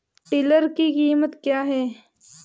Tiller की कीमत क्या है?